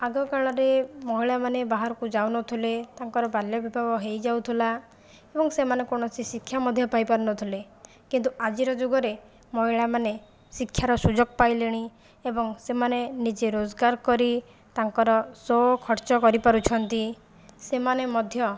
ଆଗକାଳରେ ମହିଳାମାନେ ବାହାରକୁ ଯାଉନଥିଲେ ତାଙ୍କର ବାଲ୍ୟ ବିବାହ ହୋଇଯାଉଥିଲା ଏବଂ ସେମାନେ କୌଣସି ଶିକ୍ଷା ମଧ୍ୟ ପାଇ ପାରୁନଥିଲେ କିନ୍ତୁ ଆଜିର ଯୁଗରେ ମହିଳାମାନେ ଶିକ୍ଷାର ସୁଯୋଗ ପାଇଲେଣି ଏବଂ ସେମାନେ ନିଜେ ରୋଜଗାର କରି ତାଙ୍କର ସ୍ଵଖର୍ଚ୍ଚ କରିପାରୁଛନ୍ତି ସେମାନେ ମଧ୍ୟ